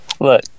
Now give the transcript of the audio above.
look